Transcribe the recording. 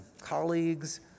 colleagues